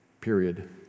period